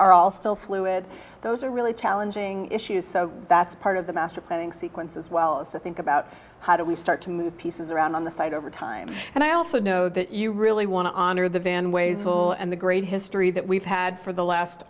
are all still fluid those are really challenging issues so that's part of the master planning sequence as well is to think about how do we start to move pieces around on the site over time and i also know that you really want to honor the van ways will and the great history that we've had for the last